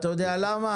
אתה יודע למה?